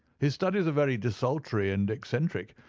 his studies are very desultory and eccentric,